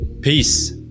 peace